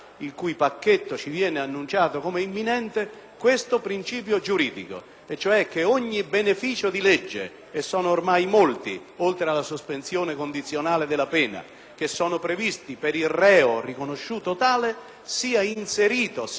e cioè che per ogni beneficio di legge - sono ormai molti, oltre alla sospensione condizionale della pena, previsti per il reo riconosciuto tale - sia inserito in via generale il sacrosanto principio della condizione